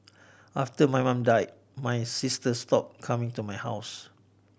after my mum died my sister stopped coming to my house